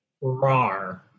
rar